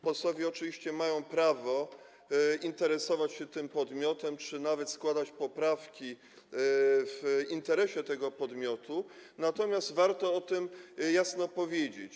Posłowie oczywiście mają prawo interesować się tym podmiotem czy nawet składać poprawki w interesie tego podmiotu, natomiast warto o tym jasno powiedzieć.